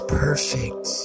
perfect